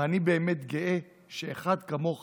אני באמת גאה שאחד כמוך